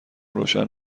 روشن